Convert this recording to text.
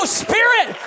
spirit